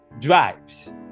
drives